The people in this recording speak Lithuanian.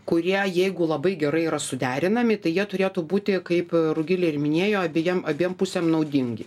kurie jeigu labai gerai yra suderinami tai jie turėtų būti kaip rugilė ir minėjo abejiem abiem pusėm naudingi